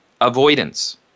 avoidance